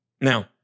Now